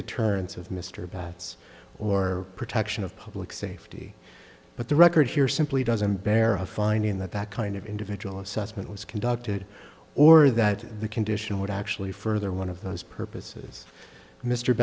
deterrence of mr batts or protection of public safety but the record here simply doesn't bear of finding that that kind of individual assessment was conducted or that the condition would actually further one of those purposes mr